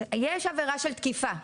יש עבירה של תקיפה.